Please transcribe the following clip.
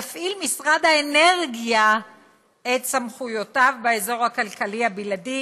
יפעיל משרד האנרגיה את סמכויותיו באזור הכלכלי הבלעדי